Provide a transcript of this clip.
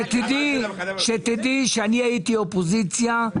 תדעי שאני הייתי אופוזיציה,